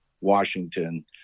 washington